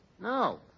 No